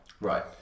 Right